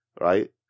right